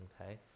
Okay